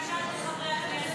יש בקשה של חברי הכנסת.